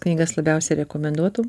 knygas labiausiai rekomenduotum